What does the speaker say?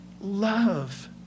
love